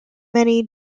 many